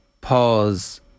pause